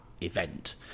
event